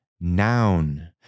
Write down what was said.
Noun